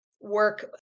work